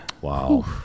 Wow